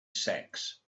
sacks